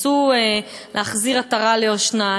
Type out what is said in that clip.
ניסו להחזיר עטרה ליושנה,